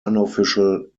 unofficial